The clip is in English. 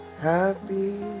happy